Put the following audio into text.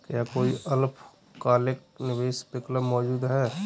क्या कोई अल्पकालिक निवेश विकल्प मौजूद है?